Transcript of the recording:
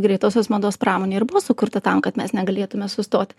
greitosios mados pramonė ir buvo sukurta tam kad mes negalėtume sustot